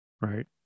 right